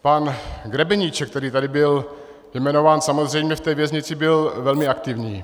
Pan Grebeníček, který tady byl jmenován, samozřejmě v té věznici byl velmi aktivní.